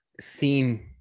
seen